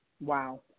Wow